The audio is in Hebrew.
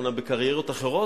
אומנם בקריירות אחרות,